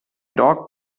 dog